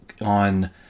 on